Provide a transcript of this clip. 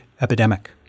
epidemic